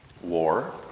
war